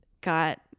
got